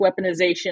weaponization